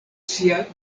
sia